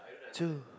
two